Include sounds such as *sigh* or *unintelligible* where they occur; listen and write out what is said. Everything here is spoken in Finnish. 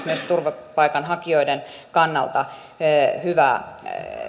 *unintelligible* myös turvapaikanhakijoiden kannalta hyvä